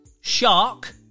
Shark